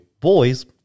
Boys